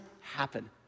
happen